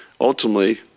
ultimately